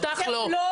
אותך לא.